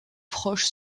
proches